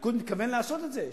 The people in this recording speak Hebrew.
הליכוד מתכוון לעשות את זה?